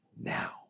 now